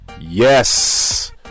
Yes